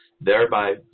thereby